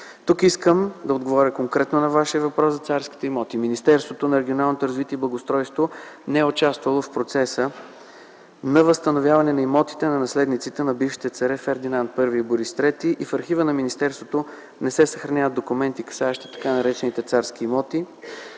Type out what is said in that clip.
Тук искам да отговоря конкретно на Вашия въпрос за царските имоти. Министерството на регионалното развитие и благоустройството не е участвало в процеса на възстановяване на имотите на наследниците на бившите царе Фердинанд І и Борис ІІІ и в архива на министерството не се съхраняват документи, касаещи така наречените царски имоти.